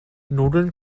nudeln